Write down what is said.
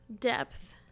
depth